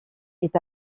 est